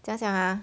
怎样讲 ah